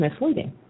misleading